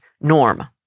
norm